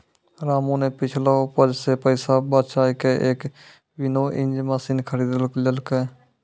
रामू नॅ पिछलो उपज सॅ पैसा बजाय कॅ एक विनोइंग मशीन खरीदी लेलकै